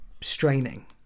straining